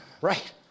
Right